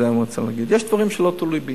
ואת זה אני רוצה להגיד: יש דברים שלא תלויים בי,